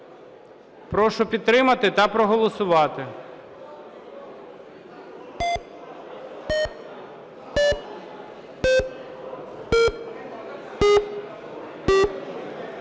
Прошу підтримати та проголосувати.